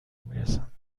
میرسند